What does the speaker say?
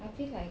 I feel like